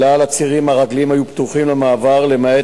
כלל הצירים הרגליים היו פתוחים למעבר, למעט